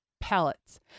pallets